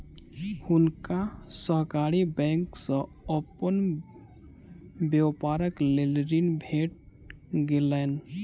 हुनका सहकारी बैंक से अपन व्यापारक लेल ऋण भेट गेलैन